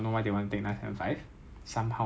没有只有一个 bus 去 all their camps